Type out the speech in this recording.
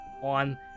on